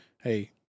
hey